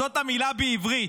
זאת המילה בעברית.